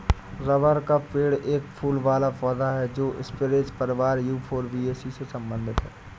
rubber का पेड़ एक फूल वाला पौधा है जो स्परेज परिवार यूफोरबियासी से संबंधित है